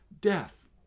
death